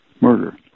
murder